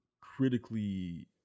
critically